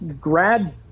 grad